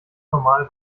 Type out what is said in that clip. normal